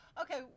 okay